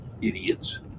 idiots